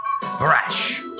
Brash